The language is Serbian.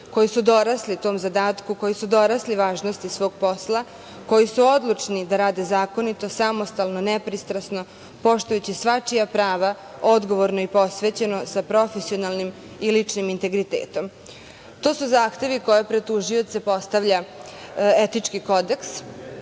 koji su dorasli tom zadatku, koji su dorasli važnosti svog posla, koji su odlučni da rade zakonito, samostalno, nepristrasno, poštujući svačija prava, odgovorno i posvećeno sa profesionalnim i ličnim integritetom. To su zahtevi koje pred tužioce postavlja Etički